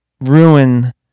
ruin